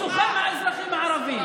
בתוכם האזרחים הערבים?